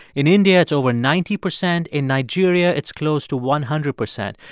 in india, it's over ninety percent. in nigeria, it's close to one hundred percent.